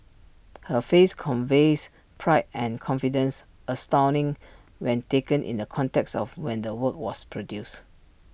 her face conveys pride and confidence astounding when taken in the context of when the work was produced